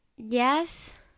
Yes